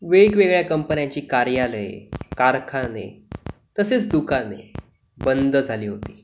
वेगवेगळ्या कंपन्यांची कार्यालये कारखाने तसेच दुकाने बंद झाली होती